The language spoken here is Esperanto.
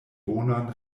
bonan